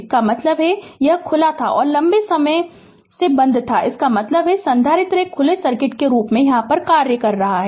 इसका मतलब है यह खुला था और यह स्विच लंबे समय से बंद था इसका मतलब है कि संधारित्र एक खुले सर्किट के रूप में कार्य कर रहा है